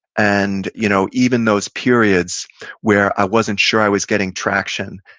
and you know even those periods where i wasn't sure i was getting traction,